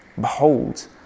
behold